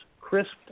crisped